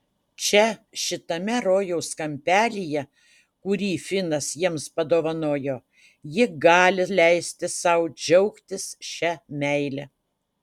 čia šitame rojaus kampelyje kurį finas jiems padovanojo ji gali leisti sau džiaugtis šia meile